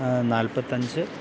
നാൽപ്പത്തിയഞ്ച്